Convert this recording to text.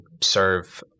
serve